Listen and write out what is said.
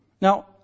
Now